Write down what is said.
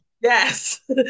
Yes